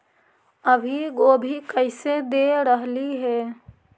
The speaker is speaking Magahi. अभी गोभी कैसे दे रहलई हे?